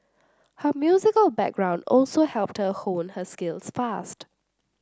her musical background also helped her hone her skills fast